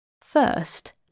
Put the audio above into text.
first